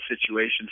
situations